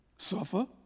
Suffer